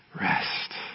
rest